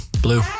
Blue